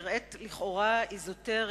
שנראית לכאורה אזוטרית,